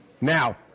Now